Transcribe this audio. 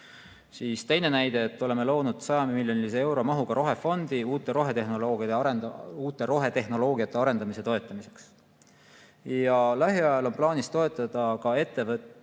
Teine näide. Oleme loonud 100 miljoni euro mahuga rohefondi uute rohetehnoloogiate arendamise toetamiseks. Lähiajal on plaanis toetada ka ettevõtete